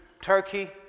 Turkey